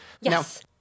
Yes